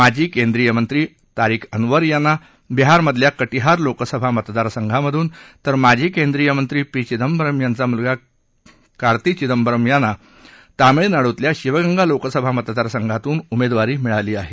माजी केंद्रीय मंत्री तारीख अन्वर यांना बिहारमधल्या कटिहार लोकसभा मतदार संघातून तर माजी केंद्रीय मंत्री पी विदंबरम यांचा मुलगा कार्ती चिदंबरम यांना तामिळनाडूतल्या शिवगंगा लोकसभा मतदार संघातून उमेदवारी मिळाली आहे